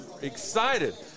excited